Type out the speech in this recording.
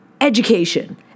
education